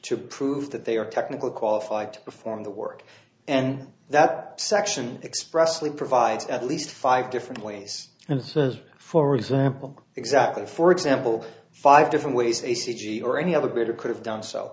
to prove that they are technically qualified to perform the work and that section expressly provides at least five different ways and says for example exactly for example five different ways a city or any other better could have done so